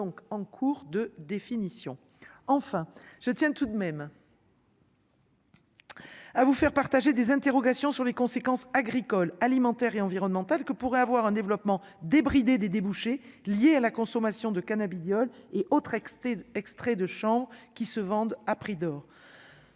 en cours de définition, enfin, je tiens tout de même. à vous faire partager des interrogations sur les conséquences agricole, alimentaire et environnementale que pourrait avoir un développement débridé des débouchés liés à la consommation de cannabidiol et autres extrait extrait de chant qui se vendent à prix d'or,